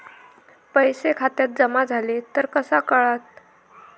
पैसे खात्यात जमा झाले तर कसा कळता?